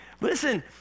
Listen